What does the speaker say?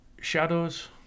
Shadows